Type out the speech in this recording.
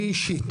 אני אישית,